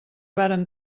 varen